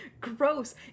gross